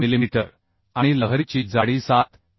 6 millimetre आणि लहरीची जाडी 7